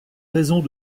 raisons